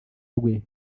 rwe